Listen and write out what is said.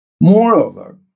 Moreover